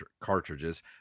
cartridges